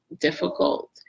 difficult